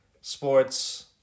sports